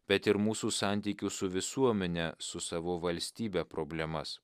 bet ir mūsų santykių su visuomene su savo valstybe problemas